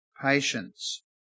patience